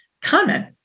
comment